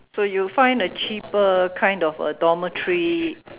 so you find a cheaper kind of a dormitory